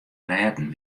rêden